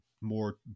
more